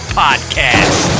podcast